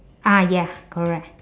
ah ya correct